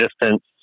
distance